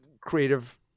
creative